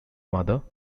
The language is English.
mother